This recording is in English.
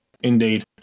Indeed